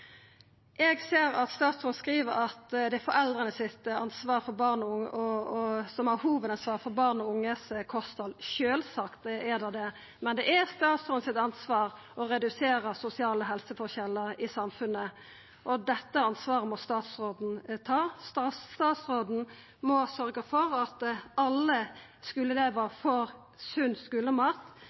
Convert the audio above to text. Eg ser at statsråden skriv at det er foreldra som har hovudansvar for barn og unges kosthald. Sjølvsagt er det det, men det er statsråden sitt ansvar å redusera sosiale helseforskjellar i samfunnet, og dette ansvaret må statsråden ta. Statsråden må sørgja for at alle skuleelevar får sunn skulemat, og ein må òg sørgja for at staten bidreg i dette arbeidet. En pakke knekkebrød og